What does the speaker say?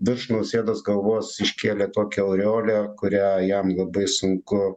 virš nausėdos galvos iškėlė tokią aureolę kurią jam labai sunku